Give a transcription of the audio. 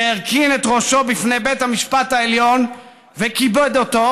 שהרכין את ראשו בפני בית המשפט העליון וכיבד אותו,